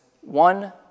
one